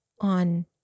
on